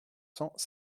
cents